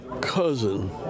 cousin